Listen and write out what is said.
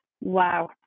wow